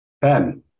Ben